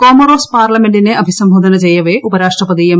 Comoros പാർലമെന്റിനെ അഭിസംബോധന ചെയ്യവെ ഉപരാഷ്ട്രപതിഎം